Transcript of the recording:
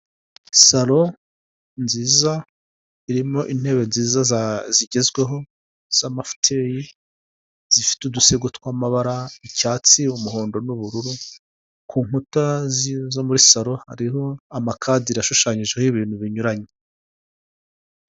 Salo nziza irimo intebe nziza zigezweho z'amafoteyi zifite udusego tw'amabara icyatsi, umuhondo n'ubururu ku nkuta zo muri salo hariho amakadere ashushanyijeho ibintu binyuranye.